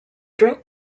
drink